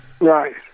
Right